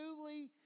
newly